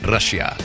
Russia